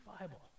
Bible